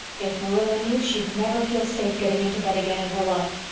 if marilla knew she'd never feel safe getting into bed again in her life.